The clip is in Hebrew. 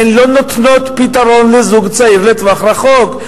הן לא נותנות פתרון לזוג צעיר לטווח רחוק,